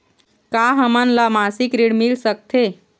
का हमन ला मासिक ऋण मिल सकथे?